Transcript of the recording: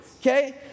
okay